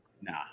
nah